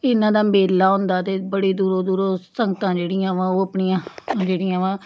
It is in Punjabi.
ਇਹਨਾਂ ਦਾ ਮੇਲਾਂ ਹੁੰਦਾ ਅਤੇ ਬੜੀ ਦੂਰੋਂ ਦੂਰੋਂ ਸੰਗਤਾਂ ਜਿਹੜੀਆਂ ਵਾ ਉਹ ਆਪਣੀਆਂ ਜਿਹੜੀਆਂ ਵਾ